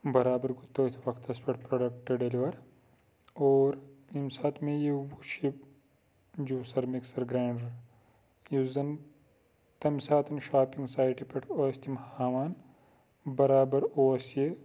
بَرابَر گوٚو تٔتھۍ وَقتَس پٮ۪ٹھ پروڈَکٹ ڈیٚلِوَر اور یمہ ساتہٕ مےٚ یہِ وُچھ یہِ جوسَر مِکسَر گِرَینڈَر یُس زَن تَمہ ساتہٕ شاپِنگ سایٹہِ پٮ۪ٹھ ٲسۍ تِم ہاوان بَرابَر اوس یہِ